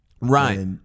Right